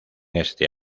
este